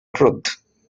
truth